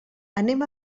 anem